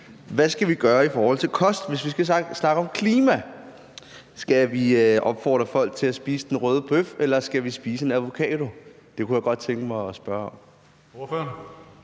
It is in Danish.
hvad skal vi gøre i forhold til kost? Hvis vi skal snakke om klima, skal vi så opfordre folk til at spise den røde bøf, eller skal vi spise en avokado? Det kunne jeg godt tænke mig spørge om.